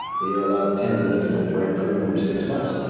they're allowed ten licks of a dried prune every six months.